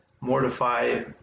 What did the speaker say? mortify